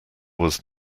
was